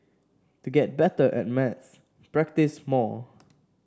to get better at maths practise more